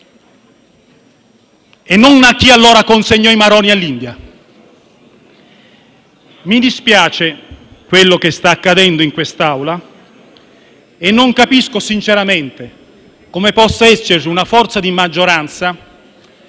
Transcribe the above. e non a chi allora consegnò i marò all'India. Mi dispiace per quello che sta accadendo in quest'Aula e non capisco sinceramente come possa esserci una forza di maggioranza